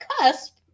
cusp